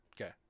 Okay